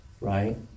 right